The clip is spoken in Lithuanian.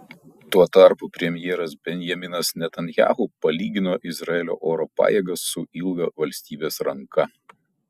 tuo tarpu premjeras benjaminas netanyahu palygino izraelio oro pajėgas su ilga valstybės ranka